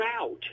out